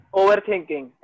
overthinking